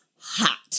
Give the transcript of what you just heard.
hot